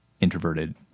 introverted